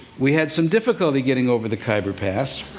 we had some difficulty getting over the khyber pass.